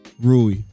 Rui